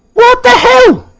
what the hell